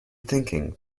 thinking